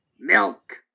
milk